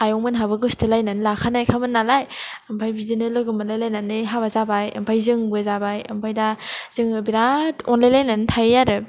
आयं मोनहाबो गोसथो लायनानै लाखानायमोन नालाय ओमफ्राय बिदिनो लोगो मोनलाय लायनानै हाबा जाबाय ओमफ्राय जोंबो जाबाय ओमफ्राय दा जोङो बिराद अनलाय लायनानै थायो आरो